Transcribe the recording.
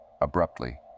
Abruptly